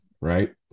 right